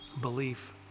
belief